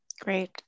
Great